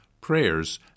prayers